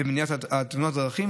במניעת תאונות הדרכים,